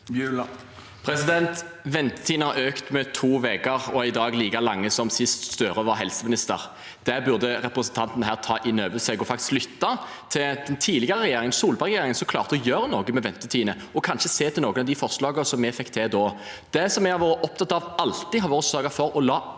Ventetid- ene har økt med to uker og er i dag like lange som sist Støre var helseminister. Det burde representanten ta inn over seg. Han burde lytte til den tidligere regjeringen, Solberg-regjeringen, som klarte å gjøre noe med ventetidene, og kanskje se hen til noen av de forslagene vi fikk til da. Det vi alltid har vært opptatt av, er å sørge for å ta